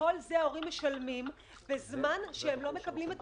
ההורים משלמים על שירות שהם לא מקבלים.